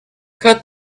cut